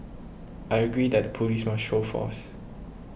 I agree that the police must show force